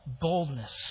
boldness